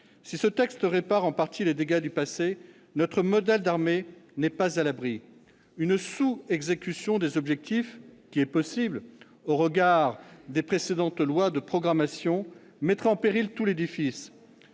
Si ce texte répare en partie les dégâts du passé, notre modèle d'armée n'est pas à l'abri. Une sous-exécution des objectifs, qui est possible au regard des précédentes lois de programmation, mettrait en péril tout l'édifice.